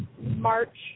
March